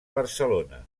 barcelona